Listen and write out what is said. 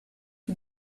you